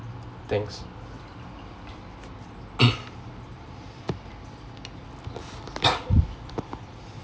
thanks